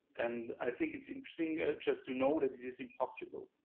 and i think it's interesting ah just to know that it is impossible,